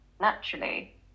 naturally